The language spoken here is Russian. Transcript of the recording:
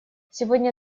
сегодня